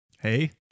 Hey